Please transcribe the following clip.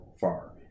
far